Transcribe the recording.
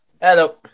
Hello